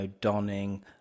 donning